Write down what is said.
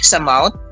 amount